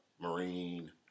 Marine